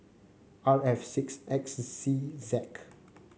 R F six X C Z